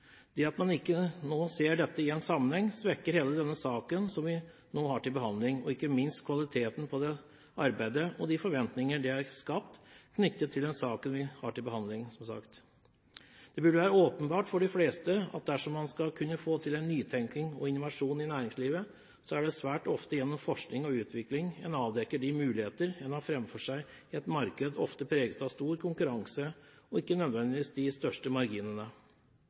Det at man ikke nå ser dette i en sammenheng, svekker hele den saken som vi nå har til behandling, og ikke minst kvaliteten på arbeidet og de forventninger som er skapt knyttet til saken. Det burde vært åpenbart for de fleste at dersom man skal kunne få til en nytenkning og innovasjon i næringslivet, er det svært ofte gjennom forskning og utvikling en avdekker de muligheter en har framfor seg i et marked ofte preget av stor konkurranse, og ikke nødvendigvis de største marginene.